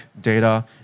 data